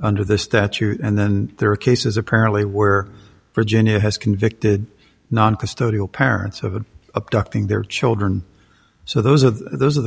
under the statute and then there are cases apparently were virginia has convicted non custodial parents of a abducting their children so those of those are